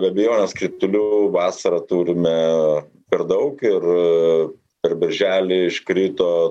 be abejonės kritulių vasarą turime per daug ir per birželį iškrito